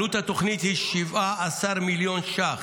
עלות התוכנית היא 17 מיליון שקלים.